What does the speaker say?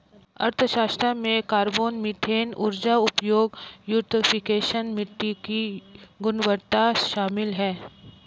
अर्थशास्त्र में carbon, methane ऊर्जा उपयोग, यूट्रोफिकेशन, मिट्टी की गुणवत्ता शामिल है